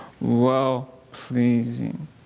well-pleasing